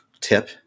tip